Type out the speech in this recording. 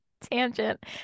tangent